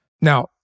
Now